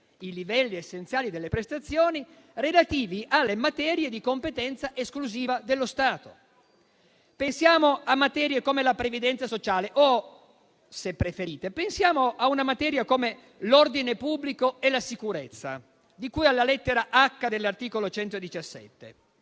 i livelli essenziali delle prestazioni relativi alle materie di competenza esclusiva dello Stato. Pensiamo a materie come la previdenza sociale o, se preferite, a una materia come l'ordine pubblico e la sicurezza, di cui alla lettera *h)* dell'articolo 117